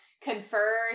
confer